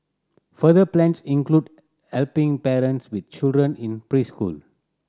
further plans include helping parents with children in preschool